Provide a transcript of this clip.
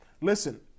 Listen